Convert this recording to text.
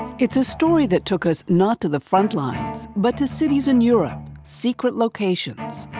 it's a story that took us not to the front lines, but to cities in europe, secret locations.